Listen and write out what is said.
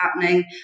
happening